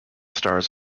stars